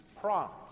prompt